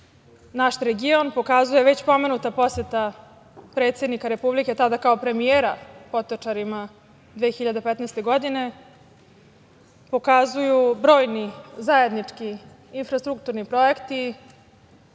naš region, pokazuje već pomenuta poseta predsednika Republike, tada kao premijera, Potočarima 2015. godine pokazuju brojni zajednički infrastrukturni projekti,